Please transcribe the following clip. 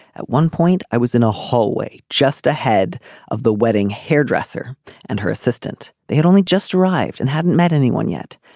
at one point i was in a hallway just ahead of the wedding hairdresser and her assistant. they had only just arrived and hadn't met anyone yet.